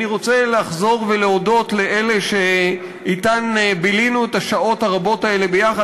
אני רוצה לחזור ולהודות לאלה שאתן בילינו את השעות הרבות האלה ביחד.